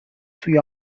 سوی